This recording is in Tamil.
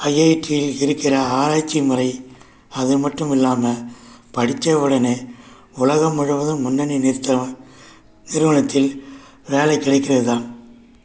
ஐஐடியில் இருக்கிற ஆராய்ச்சி முறை அதுமட்டும் இல்லாம படிச்சவுடனே உலகம் முழுவதும் முன்னணி நிறுத்த நிறுவனத்தில் வேலைக் கிடைக்கிறது தான்